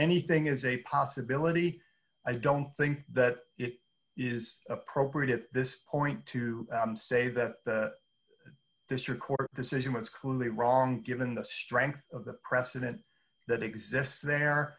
anything is a possibility i don't think that it is appropriate at this point to say that this or court decision was clearly wrong given the strength of the precedent that exists there